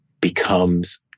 becomes